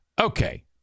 Okay